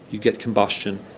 you get combustion.